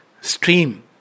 stream